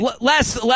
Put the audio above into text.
Last